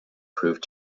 proved